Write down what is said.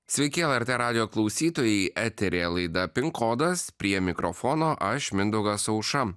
sveiki lrt radijo klausytojai eteryje laida pin kodas prie mikrofono aš mindaugas aušra